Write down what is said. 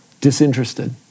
Disinterested